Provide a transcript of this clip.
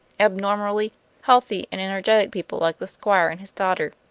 abnormally healthy and energetic people like the squire and his daughter.